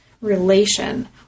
relation